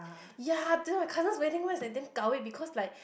ya then my cousin's wedding went like damn kao eh because like